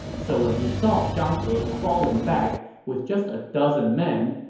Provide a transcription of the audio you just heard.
so when he saw zhang he crawling back with just a dozen men,